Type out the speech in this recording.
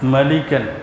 Malikan